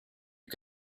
you